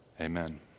Amen